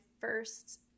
first